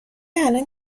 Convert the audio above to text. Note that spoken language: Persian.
الان